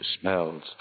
smells